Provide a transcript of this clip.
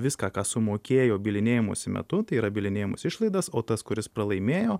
viską ką sumokėjo bylinėjimosi metu tai yra bylinėjimosi išlaidas o tas kuris pralaimėjo